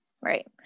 Right